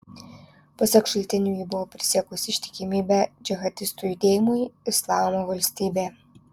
pasak šaltinių ji buvo prisiekusi ištikimybę džihadistų judėjimui islamo valstybė